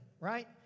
right